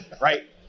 Right